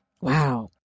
Wow